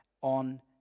on